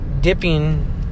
dipping